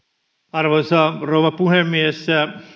arvoisa rouva puhemies on aivan